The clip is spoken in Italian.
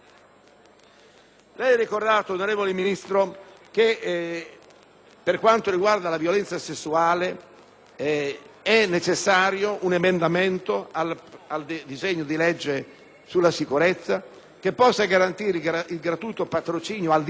per quanto riguarda la violenza sessuale è necessario un emendamento al disegno di legge di conversione del decreto-legge sulla sicurezza che possa garantire il gratuito patrocinio, al di là dei limiti di reddito, per le vittime di violenza sessuale.